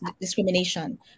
discrimination